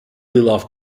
love